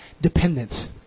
dependence